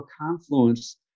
confluence